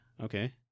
okay